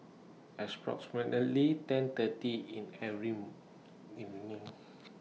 ten thirty in every evening